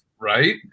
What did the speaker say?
right